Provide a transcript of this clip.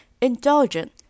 Indulgent